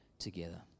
together